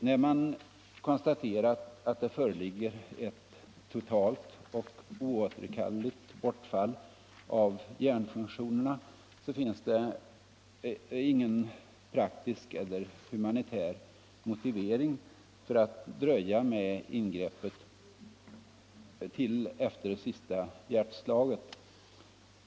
När man konstaterat att det föreligger ett ”totalt och oåterkalleligt bortfall av hjärnfunktionerna” finns det ingen praktisk eller humanitär motivering för att dröja med ingreppet till efter det sista hjärtslaget.